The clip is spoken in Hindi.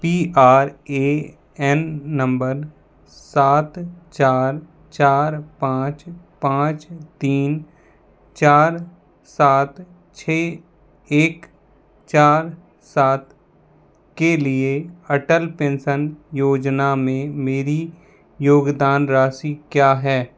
P R A N number सात चार चार पाँच पाँच तीन चार सात छः एक चार सात के लिए अटल पेंसन योजना में मेरी योगदान राशि क्या है